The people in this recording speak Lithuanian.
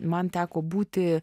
man teko būti